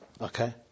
Okay